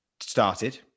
started